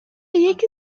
یکی